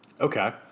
Okay